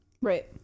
Right